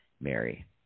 Mary